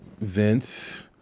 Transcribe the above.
Vince